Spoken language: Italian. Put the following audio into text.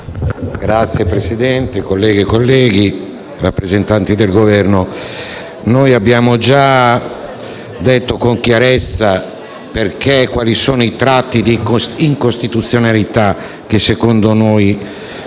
Signor Presidente, colleghe e colleghi, rappresentanti del Governo, abbiamo già detto con chiarezza quali sono i tratti di incostituzionalità che secondo noi